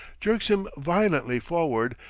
jerks him violently forward,